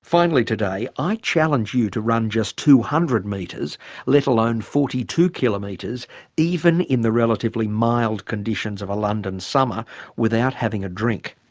finally today, i challenge you to run just two hundred metres let alone forty two kilometres even in the relatively mild conditions of a london summer without having a drink.